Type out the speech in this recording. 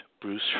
Bruce